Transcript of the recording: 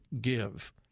give